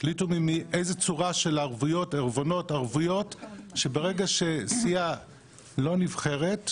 תחליטו ממי ובאיזו צורה - ברגע שסיעה לא נבחרת,